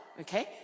okay